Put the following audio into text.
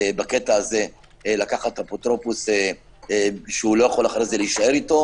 לקחת אפוטרופוס שלא יכול להישאר איתו,